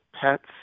pets